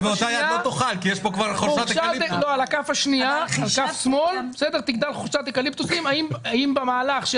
על כף היד השנייה תגדל חורשת אקליפטוסים האם במהלך של